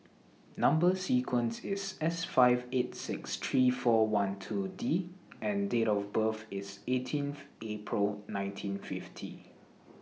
Number sequence IS S five eight six three four one two D and Date of birth IS eighteenth April nineteen fifty